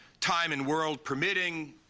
time and world permitting,